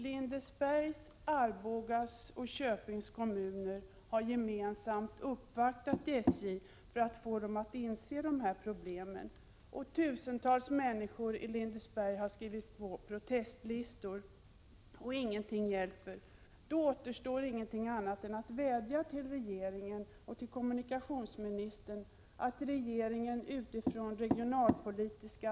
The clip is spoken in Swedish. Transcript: Lindesbergs kommun, Arboga kommun och Köpings kommun har gemensamt uppvaktat SJ för att få företaget att inse problemen i detta sammanhang. Tusentals människor i Lindesberg har skrivit på protestlistor, men ingenting hjälper. Då återstår inte något annat än att vädja till regeringen och kommunikationsministern om att regeringen utifrån regionalpolitiska aspek — Prot.